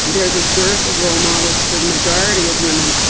there is a dearth of role models for the majority of women.